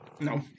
No